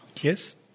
Yes